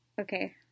okay